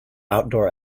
outdoor